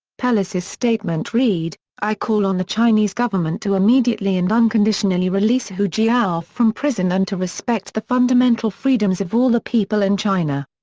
pelosi's statement read, i call on the chinese government to immediately and unconditionally release hu jia from prison and to respect the fundamental freedoms of all the people in china.